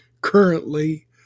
currently